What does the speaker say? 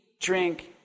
drink